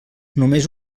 només